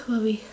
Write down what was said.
sorry